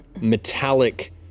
metallic